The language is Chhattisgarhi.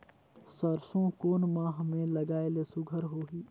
सरसो कोन माह मे लगाय ले सुघ्घर होही?